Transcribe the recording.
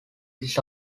this